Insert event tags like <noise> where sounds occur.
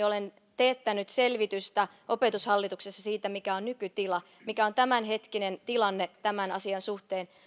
<unintelligible> olen teettänyt selvitystä opetushallituksessa siitä mikä on nykytila mikä on tämänhetkinen tilanne tämän asian suhteen